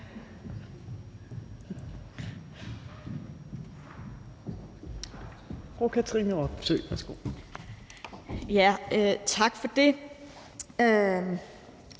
Tak for det.